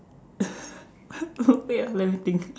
wait ah let me think